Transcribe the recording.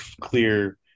clear